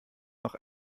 noch